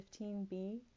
15b